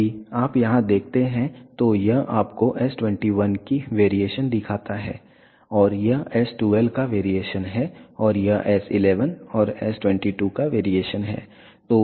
यदि आप यहाँ देखते हैं तो यह आपको S21 की वेरिएशन दिखाता है और यह S12 का वेरिएशन है और यह S11 और S22 का वेरिएशन है